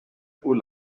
ulla